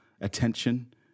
attention